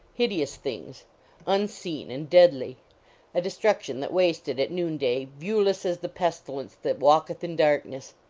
hideous things unseen and deadly a destruction that wasted at noon-day, viewless as the pestilence that walketh in darkness.